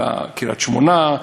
על קריית-שמונה,